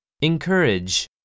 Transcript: Encourage